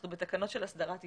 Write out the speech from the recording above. אנחנו בתקנות של הסדרת עיסוק,